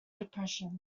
depression